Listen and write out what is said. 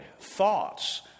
thoughts